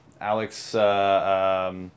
Alex